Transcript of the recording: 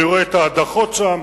אני רואה את ההדחות שם.